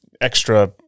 extra